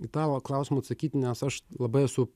į tą va klausimą atsakyt nes aš labai esu